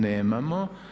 Nemamo.